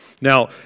Now